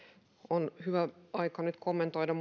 on hyvä aika nyt kommentoida